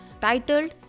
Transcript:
titled